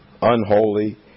unholy